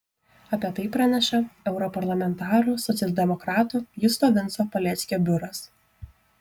apie tai praneša europarlamentaro socialdemokrato justo vinco paleckio biuras